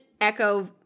echo